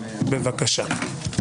כהנא, בבקשה.